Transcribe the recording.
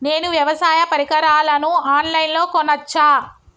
నేను వ్యవసాయ పరికరాలను ఆన్ లైన్ లో కొనచ్చా?